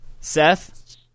Seth